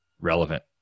relevant